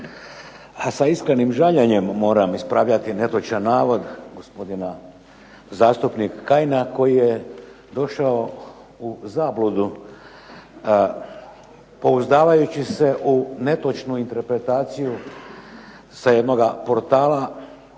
A sa iskrenim žaljenjem moram ispravljati netočan navod gospodina zastupnika Kajina koji je došao u zabludu pouzdavajući se u netočnu interpretaciju sa jednoga portala.